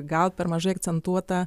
gal per mažai akcentuota